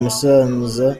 musaza